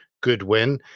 Goodwin